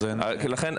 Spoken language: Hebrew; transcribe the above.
לכן,